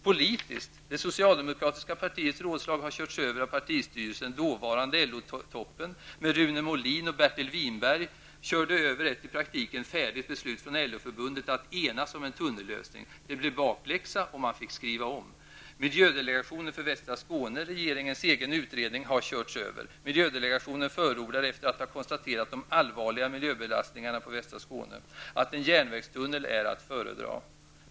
Politiskt har det socialdemokratiska partiets rådslag körts över av partistyrelsen. Dåvarande förbundet att enas om en tunnellösning; det blev bakläxa och man fick skriva om. Miljödelegationen för västra Skåne -- regeringens egen utredning -- har körts över. Miljödelegationen förordar, efter att ha konstaterat de allvarliga miljöbelastningarna på västra Skåne, att en järnvägstunnel är att föredra.